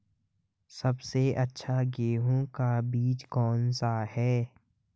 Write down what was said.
सबसे अच्छा गेहूँ का बीज कौन सा है?